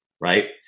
right